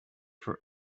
for